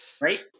Right